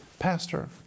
Pastor